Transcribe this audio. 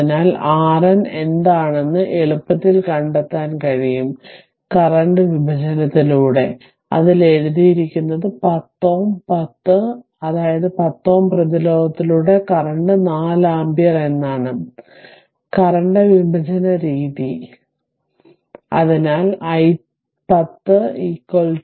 അതിനാൽRN എന്താണെന്ന് എളുപ്പത്തിൽ കണ്ടെത്താൻ കഴിയും കറന്റ് വിഭജനത്തിലൂടെ അതിൽ എഴുതിയിരിക്കുന്നത് 10Ω 10 അതായത് 10 Ω പ്രതിരോധത്തിലൂടെ കറന്റ് 4 ആമ്പിയർ എന്നാണ് കറന്റ് വിഭജന രീതി അതിനാൽ i 10 4